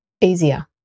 easier